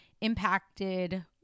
impacted